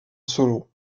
solo